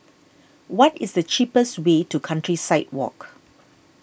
what is the cheapest way to Countryside Walk